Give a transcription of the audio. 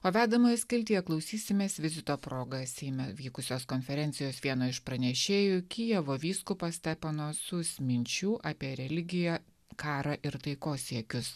o vedamoje skiltyje klausysimės vizito proga seime vykusios konferencijos vieno iš pranešėjų kijevo vyskupo stepano sus minčių apie religiją karą ir taikos siekius